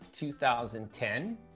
2010